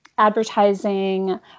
advertising